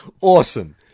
awesome